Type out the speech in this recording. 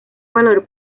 valor